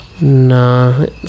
no